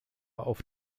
auf